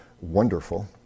wonderful